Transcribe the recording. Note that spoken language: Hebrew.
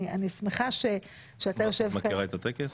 אני שמחה שאתה יושב כאן -- את מכירה את הטקס?